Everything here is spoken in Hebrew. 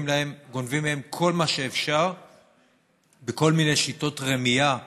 גונבים מהם כל מה שאפשר בכל מיני שיטות רמייה והונאה,